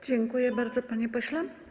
Dziękuję bardzo, panie pośle.